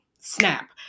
snap